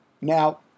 Now